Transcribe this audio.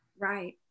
Right